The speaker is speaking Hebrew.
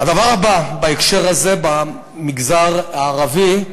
הדבר הבא בהקשר הזה, במגזר הערבי,